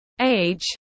age